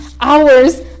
hours